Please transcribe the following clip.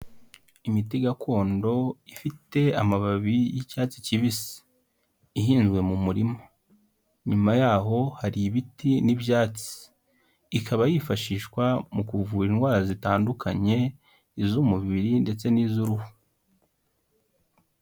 Imiti gakondo ifite amababi y'icyatsi kibisi ihinzwe mu murima, inyuma yaho hari ibiti n'ibyatsi. Ikaba yifashishwa mu kuvura indwara zitandukanye iz'umubiri ndetse n'iz'uruhu.